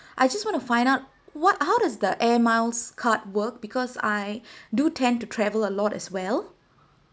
I just wanna find out what are how does the air miles card work because I do tend to travel a lot as well